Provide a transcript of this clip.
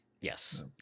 yes